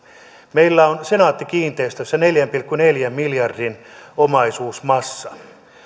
meillä on senaatti kiinteistöissä neljän pilkku neljän miljardin omaisuusmassa